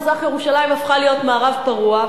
מזרח-ירושלים הפכה להיות מערב פרוע,